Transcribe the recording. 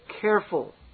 careful